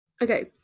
Okay